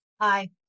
Hi